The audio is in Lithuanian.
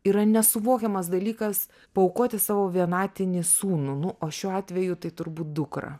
yra nesuvokiamas dalykas paaukoti savo vienatinį sūnų nu o šiuo atveju tai turbūt dukrą